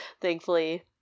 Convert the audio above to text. thankfully